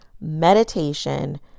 meditation